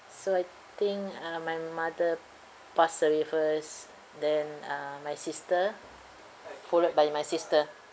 so I think uh my mother passed away first then uh my sister followed by my sister